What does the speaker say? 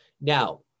Now